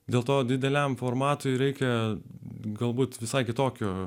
dėl to dideliam formatui reikia galbūt visai kitokio